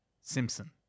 simpson